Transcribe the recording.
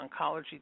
oncology